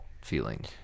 feeling